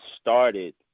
started –